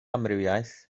amrywiaeth